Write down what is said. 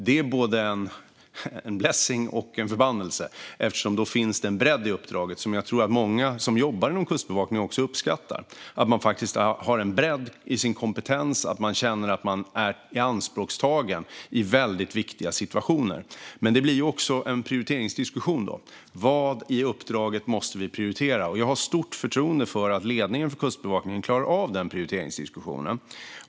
Detta är både en blessing och en förbannelse eftersom det därför finns en bredd i uppdraget som jag tror att många som jobbar inom Kustbevakningen uppskattar. Man har en bredd i sin kompetens, och man känner att man är ianspråktagen i väldigt viktiga situationer. Men det leder också till en prioriteringsdiskussion. Vad i uppdraget måste vi prioritera? Jag har stort förtroende för att ledningen för Kustbevakningen klarar av den prioriteringsdiskussionen.